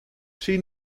she